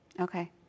Okay